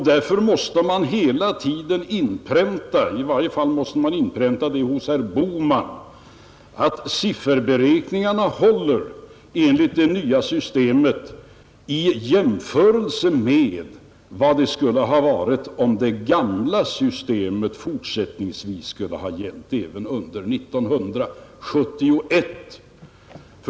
Därför måste man hela tiden — i varje fall hos herr Bohnian — inpränta att sifferberäkningarna håller enligt det nya systemet i jämförelse med vad de skulle ha gett till resultat om det gamla systemet skulle ha gällt även under 1971.